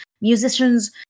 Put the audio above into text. musicians